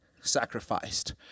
sacrificed